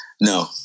No